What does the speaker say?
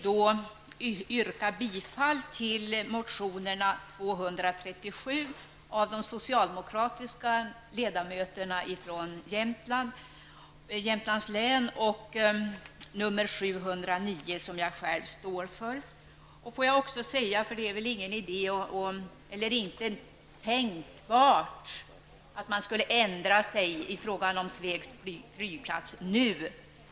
Jag yrkar bifall till motion 237 av de socialdemokratiska ledamöterna från Jämtlands län och motion 709, som jag själv står för. Det är väl inte tänkbart att man nu skulle ändra sig i fråga om Svegs flygplats.